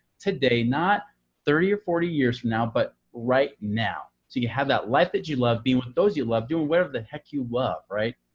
today, not thirty or forty years from now, but right now! so you have that life that you love, being with those you love, doing whatever the heck you love, right?